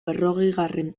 berrogeigarren